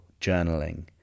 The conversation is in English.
journaling